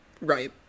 right